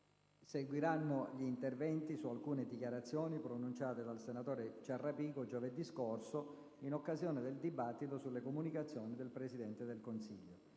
Seguiranno gli interventi su alcune dichiarazioni pronunciate dal senatore Ciarrapico giovedì scorso, in occasione del dibattito sulle comunicazioni del Presidente del Consiglio.